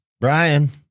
Brian